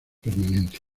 permanencia